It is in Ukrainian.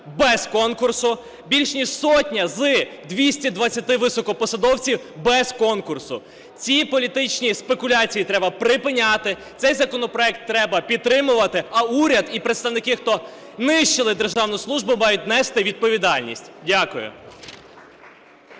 без конкурсу. Більш ніж сотня з 220 високопосадовців – без конкурсу. Ці політичні спекуляції треба припиняти. Цей законопроект треба підтримувати. А уряд і представники, хто нищили державну службу, мають нести відповідальність. Дякую.